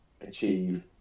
achieve